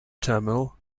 terminal